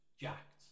jacked